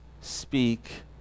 speak